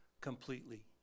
completely